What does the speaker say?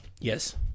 yes